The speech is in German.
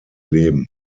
leben